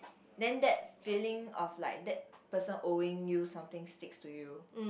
then that feeling of like that person owing you something sticks to you